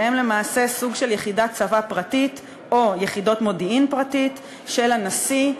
שהם למעשה סוג של יחידת צבא פרטית או יחידות מודיעין פרטיות של הנשיא,